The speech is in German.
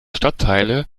stadtteile